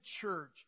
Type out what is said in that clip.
church